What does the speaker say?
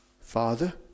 Father